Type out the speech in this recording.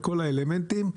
לוקח בחשבון את כל האלמנטים.